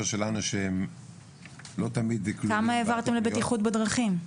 שלנו שהם לא תמיד --- כמה העברתם לבטיחות בדרכים?